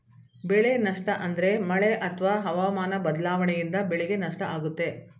ಬೆಳೆ ನಷ್ಟ ಅಂದ್ರೆ ಮಳೆ ಅತ್ವ ಹವಾಮನ ಬದ್ಲಾವಣೆಯಿಂದ ಬೆಳೆಗೆ ನಷ್ಟ ಆಗುತ್ತೆ